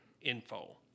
info